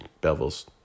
Bevel's